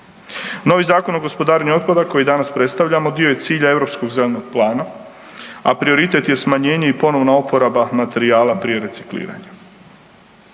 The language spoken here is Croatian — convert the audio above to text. Novi Zakon o gospodarenju otpadom koji je danas predstavljamo dio je cilja Europskog zelenog plana, a prioritet je smanjenje i ponovna oporaba materijala pri recikliranju.